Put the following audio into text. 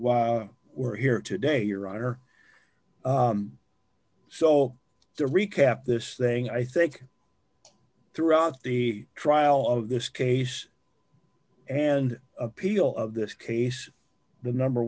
why we're here today your honor so to recap this thing i think throughout the trial of this case and appeal of this case the number